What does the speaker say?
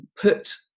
put